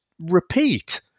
repeat